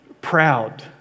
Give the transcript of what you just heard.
proud